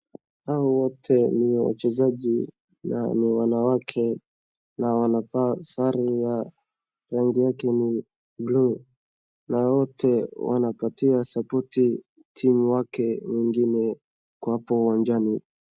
Hawa wote ni wachezaji na ni wanawake na wanavaa sare ya rangi yake ni blue na wote wanapatia sapoti timu wake wengine kwa hapo uwanjani.